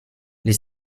les